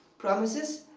promises,